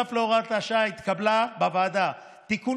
נוסף על הוראת השעה התקבל בוועדה תיקון